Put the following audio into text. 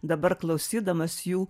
dabar klausydamas jų